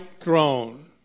throne